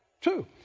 two